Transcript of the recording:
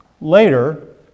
later